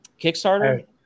Kickstarter